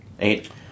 Eight